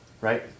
Right